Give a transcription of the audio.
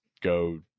go